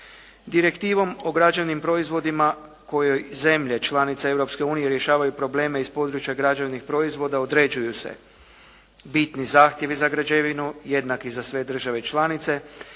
Direktivom o građevnim proizvodima kojoj zemlje članice Europske unije rješavaju probleme iz područja građevnih proizvoda određuju se bitni zahtjevi za građevinu jednaki za sve države članice